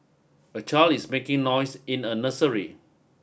a child is making noise in a nursery